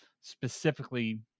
specifically